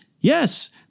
yes